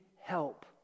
help